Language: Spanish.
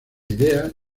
idea